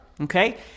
okay